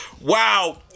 Wow